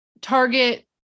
target